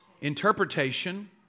interpretation